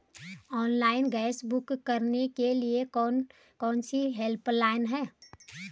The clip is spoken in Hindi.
ऑनलाइन गैस बुक करने के लिए कौन कौनसी हेल्पलाइन हैं?